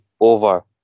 Over